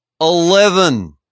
Eleven